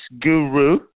guru